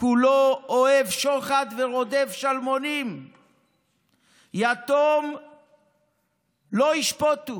כֻּלו אֹהב שֹחד ורֹדף שלמֹנים יתום לא ישפטו